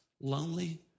lonely